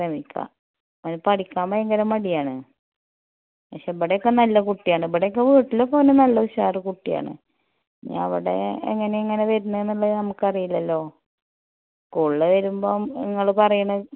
ശ്രമിക്കാം അവന് പഠിക്കാൻ ഭയങ്കര മടിയാണ് പക്ഷേ ഇവിടെയൊക്കെ നല്ല കുട്ടിയാണ് ഇവിടെ ഒക്കെ വീട്ടിലൊക്കെ അവൻ നല്ല ഉഷാറ് കുട്ടിയാണ് പിന്നെ അവിടെ എങ്ങനെ ഇങ്ങനെ വരുന്നത് എന്നുള്ളത് നമുക്ക് അറിയില്ലല്ലോ സ്കൂളിൽ വരുമ്പം നിങ്ങൾ പറയുന്നു